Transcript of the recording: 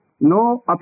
no